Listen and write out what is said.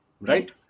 right